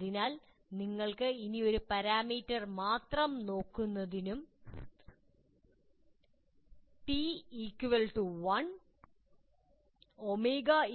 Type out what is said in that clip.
അതിനാൽ നിങ്ങൾക്ക് ഇനി ഒരു പരാമീറ്റർ മാത്രം നോക്കുന്നതിനും T ഇക്വൽടൂ 1 ω